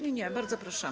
Nie, nie, bardzo proszę.